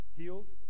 healed